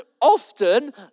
often